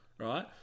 Right